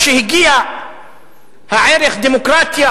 כשהגיעו הערכים דמוקרטיה,